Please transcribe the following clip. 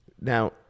Now